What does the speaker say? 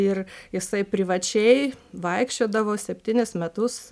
ir jisai privačiai vaikščiodavo septynis metus